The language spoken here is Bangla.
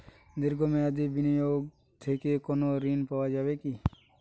দীর্ঘ মেয়াদি বিনিয়োগ থেকে কোনো ঋন পাওয়া যাবে কী?